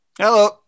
Hello